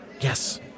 Yes